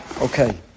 Okay